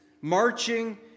marching